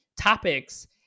topics